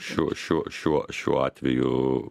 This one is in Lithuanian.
šiuo šiuo šiuo šiuo atveju